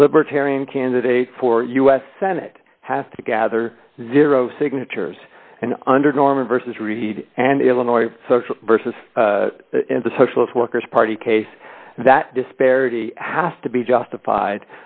a libertarian candidate for u s senate has to gather zero signatures and under norman versus reed and illinois versus the socialist workers party case that disparity has to be justified